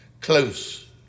close